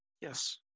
Yes